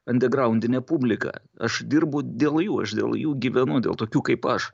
andergraundinė publika aš dirbu dėl jų aš dėl jų gyvenu dėl tokių kaip aš